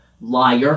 Liar